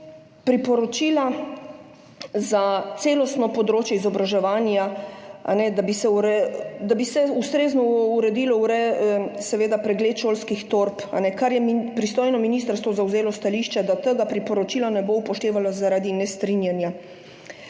priporočila za celostno področje izobraževanja, da bi se ustrezno uredil pregled šolskih torb, do česar je pristojno ministrstvo zavzelo stališče, da tega priporočila ne bo upoštevalo zaradi nestrinjanja. Kar